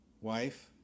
wife